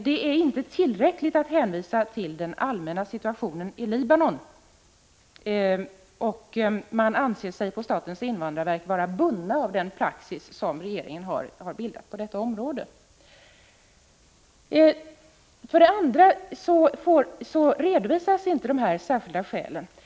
Det är alltså inte tillräckligt att hänvisa till den allmänna situationen i Libanon, utan invandrarverket anser sig vara bundet av den praxis som regeringen har bildat på detta område. Vidare redovisas inte de särskilda skäl som åberopas.